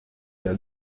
der